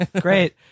great